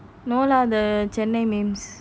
no lah the Chennai memes